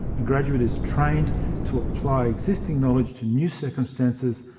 a graduate is trained to apply existing knowledge to new circumstances,